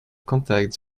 contact